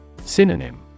Synonym